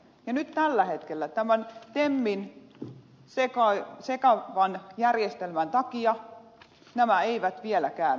ja nyt tällä hetkellä tämän temmin sekavan järjestelmän takia nämä eivät vieläkään toimi